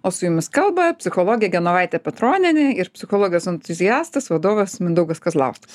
o su jumis kalba psichologė genovaitė petronienė ir psichologas entuziastas vadovas mindaugas kazlauskas